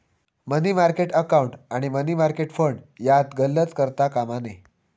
मनी market account आणि money market fund यात गल्लत करता कामा नये